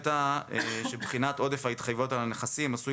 הייתה שבחינת עודף ההתחייבויות על הנכסים עשוי